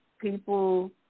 people